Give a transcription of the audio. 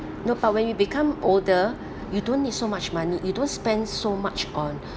no but when you become older you don't need so much money you don't spend so much on